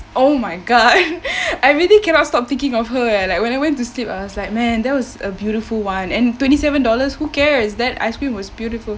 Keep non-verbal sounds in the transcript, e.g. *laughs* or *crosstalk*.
oh my god *laughs* I really cannot stop thinking of her eh like when it went to sleep I was like man that was a beautiful one and twenty seven dollars who cares that ice cream was beautiful